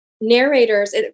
narrators